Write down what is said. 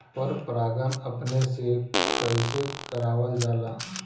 पर परागण अपने से कइसे करावल जाला?